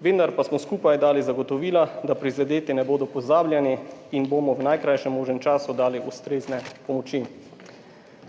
Vendar pa smo skupaj dali zagotovila, da prizadeti ne bodo pozabljeni in bomo v najkrajšem možnem času dali ustrezne pomoči.